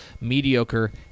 mediocre